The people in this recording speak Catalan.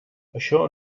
això